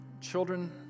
Children